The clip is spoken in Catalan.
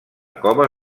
cova